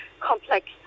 complex